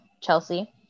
Chelsea